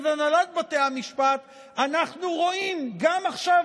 הנהלת בתי המשפט אנחנו רואים גם עכשיו,